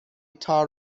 تار